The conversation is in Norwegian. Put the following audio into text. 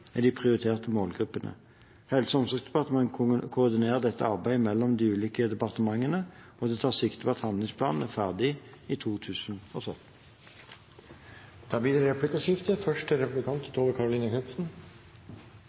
er de prioriterte målgruppene. Helse- og omsorgsdepartementet koordinerer dette arbeidet mellom de ulike departementene, og det tas sikte på at handlingsplanen er ferdig i 2017. Det blir replikkordskifte. Det er